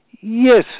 Yes